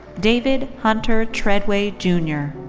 david hunter tredway junior.